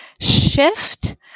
shift